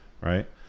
right